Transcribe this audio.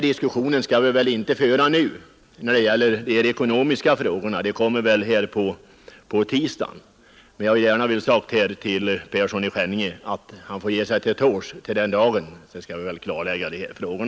Diskussionen om de ekonomiska frågorna skall vi emellertid inte föra nu. Den kommer väl här på tisdagen. Herr Persson i Skänninge får ge sig till tåls till den dagen, då vi skall klara dessa frågor.